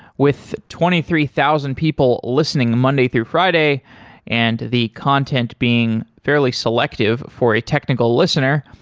with twenty three thousand people listening monday through friday and the content being fairly selective for a technical listener,